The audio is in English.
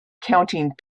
counting